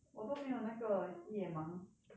我都没有那个夜盲